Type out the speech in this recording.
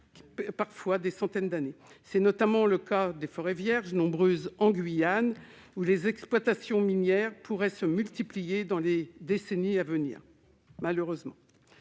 prendre des centaines d'années. C'est notamment le cas des forêts vierges, nombreuses en Guyane, où les exploitations minières pourraient malheureusement se multiplier dans les décennies à venir. Aussi le présent